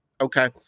okay